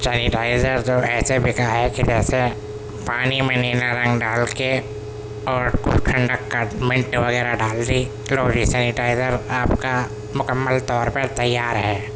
sanitizer تو ایسے بکا ہے کہ جیسے پانی میں نیلا رنگ ڈال کے اور کچھ ٹھنڈک کا منٹ وغیرہ ڈال دی لو جی سینیٹائزر آپ کا مکمل طور پر تیار ہے